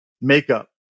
makeup